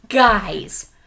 Guys